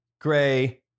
gray